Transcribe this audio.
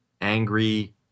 angry